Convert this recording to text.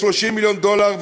ב-30 מיליון דולר,